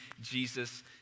Jesus